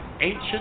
ancient